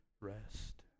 rest